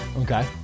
Okay